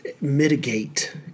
mitigate